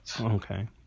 Okay